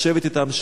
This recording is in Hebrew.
לשבת אתם,